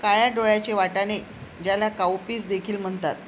काळ्या डोळ्यांचे वाटाणे, ज्याला काउपीस देखील म्हणतात